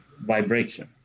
vibration